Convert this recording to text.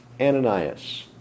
Ananias